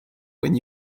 when